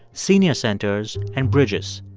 senior centers and bridges.